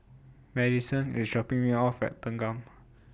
Madisyn IS dropping Me off At Thanggam